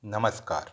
नमस्कार